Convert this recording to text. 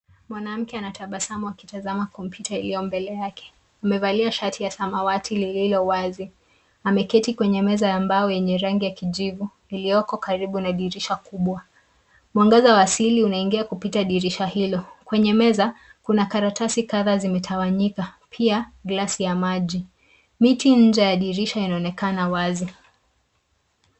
Mwanamke anatabasamu akitazama kompyuta iliyo mbele yake. Amevalia shati ya samawati lililo wazi. Ameketi kwenye meza ya mbao yenye rangi ya kijivu, iliyoko karibu na dirisha kubwa. Mwangaza wa asili unaingia kupita dirisha hilo. Kwenye meza kuna karatasi kadha zimetawanyika, pia glasi ya maji. Miti nje ya dirisha inaonekana wazi.